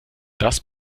das